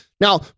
Now